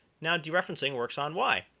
now dereferencing works on y.